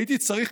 הייתי צריך,